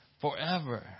forever